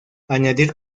añadir